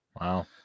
Wow